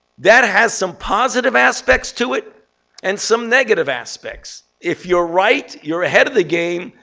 that has some positive aspects to it and some negative aspects. if you're right, you're ahead of the game.